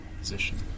position